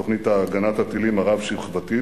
תוכנית הגנת הטילים הרב-שכבתית,